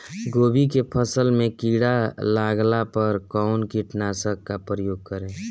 गोभी के फसल मे किड़ा लागला पर कउन कीटनाशक का प्रयोग करे?